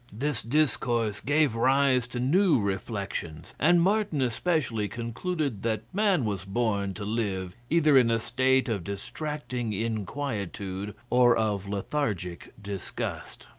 this discourse gave rise to new reflections, and martin especially concluded that man was born to live either in a state of distracting inquietude or of lethargic disgust.